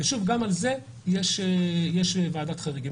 וגם על זה יש ועדת חריגים.